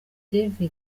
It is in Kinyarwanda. david